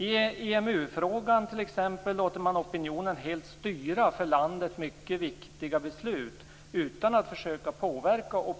I EMU-frågan t.ex. låter man opinionen helt styra för landet mycket viktiga beslut utan att försöka påverka